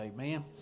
Amen